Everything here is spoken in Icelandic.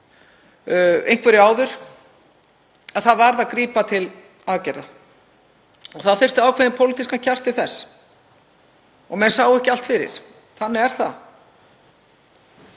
einhverju áður og það varð að grípa til aðgerða og þurfti ákveðinn pólitískan kjark til þess. Menn sáu ekki allt fyrir. Þannig er það.